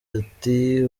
ati